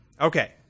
Okay